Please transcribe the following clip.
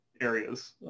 areas